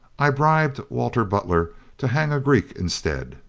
i bribed wal ter butler to hang a greek instead.